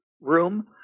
room